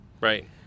Right